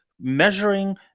measuring